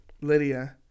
Lydia